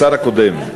השר הקודם,